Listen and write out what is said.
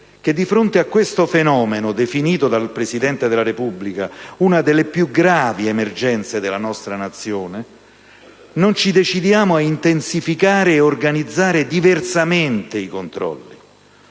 che di fronte a questo fenomeno, definito dal Presidente della Repubblica una delle più gravi emergenze della nostra Nazione, non ci decidiamo a intensificare e organizzare diversamente i controlli?